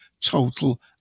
total